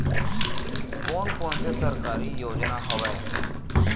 कोन कोन से सरकारी योजना हवय?